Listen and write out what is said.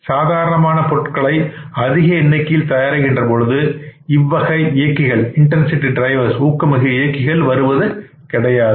சாதாரணமான பொருட்களை அதிக எண்ணிக்கையில் தயாரிக்கின்ற போது இவ்வகை இயக்கிகள் வருவது கிடையாது